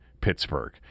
Pittsburgh